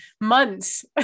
months